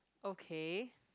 okay